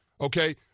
okay